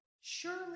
Surely